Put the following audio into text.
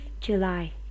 July